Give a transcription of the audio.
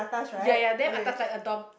ya ya damn atas like a dorm